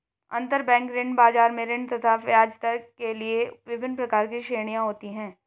अंतरबैंक ऋण बाजार में ऋण तथा ब्याजदर के लिए विभिन्न प्रकार की श्रेणियां होती है